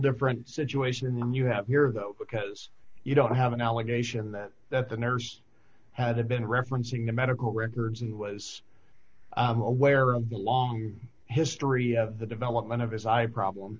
different situation than you have here though because you don't have an allegation that that the nurse had been referencing the medical records and was aware of the long history of the development of his eye problem